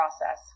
process